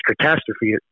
catastrophe